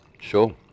Sure